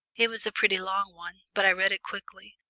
it was a pretty long one, but i read it quickly,